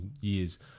years